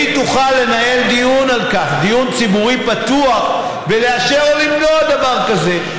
והיא תוכל לנהל דיון ציבורי פתוח על כך ולאשר או למנוע דבר כזה.